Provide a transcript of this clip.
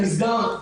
היא נסגרה.